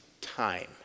time